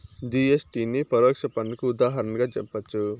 GST నే పరోక్ష పన్నుకు ఉదాహరణగా జెప్పచ్చు